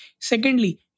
Secondly